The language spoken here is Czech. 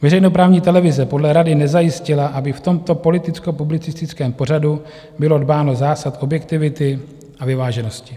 Veřejnoprávní televize podle rady nezajistila, aby v tomto politickopublicistickém pořadu bylo dbáno zásad objektivity a vyváženosti.